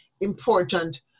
important